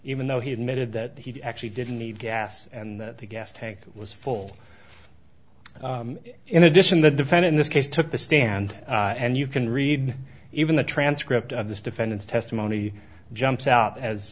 even though he admitted that he actually didn't need gas and that the gas tank was full in addition the defend in this case took the stand and you can read even the transcript of this defendant's testimony jumps out as